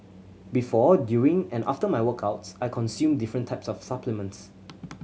before during and after my workouts I consume different types of supplements